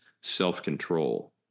self-control